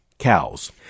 cows